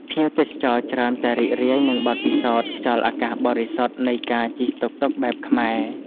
ភ្ញៀវទេសចរច្រើនតែរីករាយនឹងបទពិសោធន៍ខ្យល់អាកាសបរិសុទ្ធនៃការជិះតុកតុកបែបខ្មែរ។